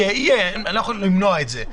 אם יהיו, אני לא יכול למנוע את זה.